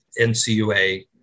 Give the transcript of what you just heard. NCUA